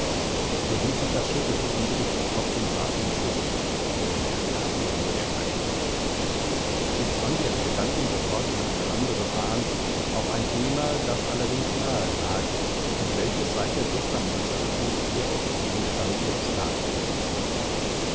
felicitas schüttelte unwillig den kopf und warf ihn zurück woher kam ihr nur der vergleich sie zwang ihre gedanken sofort in eine andere bahn auf ein thema das allerdings nahe lag und welches seit der testamentseröffnung sehr oft gegenstand ihres nachdenkens war